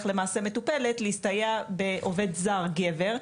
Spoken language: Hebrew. למעשה את המטופלת להסתייע במטפל עובד זר גבר,